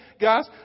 guys